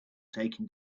taking